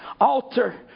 altar